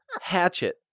Hatchet